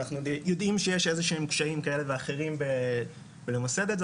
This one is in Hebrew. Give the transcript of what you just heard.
אנחנו יודעים שיש קשיים כאלה ואחרים בלמסד את זה.